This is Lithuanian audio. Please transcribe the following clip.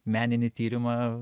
meninį tyrimą